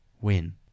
win